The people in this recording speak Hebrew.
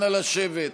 אנא, לשבת.